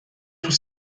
tous